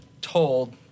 told